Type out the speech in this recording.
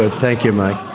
ah thank you, mike.